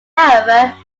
however